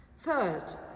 Third